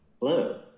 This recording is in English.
Hello